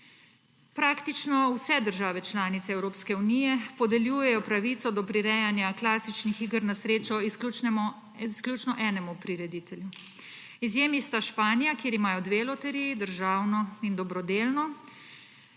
Praktično vse države članice Evropske unije podeljujejo pravico do prirejanja klasičnih iger na srečo izključno enemu prireditelju. Izjemi sta Španija, kjer imajo dve loteriji, državno in dobrodelno,